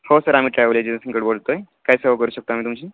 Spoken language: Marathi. हो सर आम्ही ट्रॅवल एजन्सीकडून बोलतो आहे काय सेवा करू शकता आम्ही तुमची